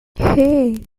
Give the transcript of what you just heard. hey